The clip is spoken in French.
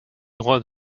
droit